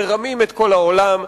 מרמים את כל העולם,